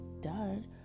done